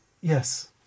Yes